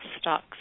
stocks